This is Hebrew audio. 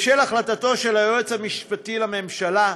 בשל החלטתו של היועץ המשפטי לממשלה,